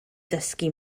ddysgu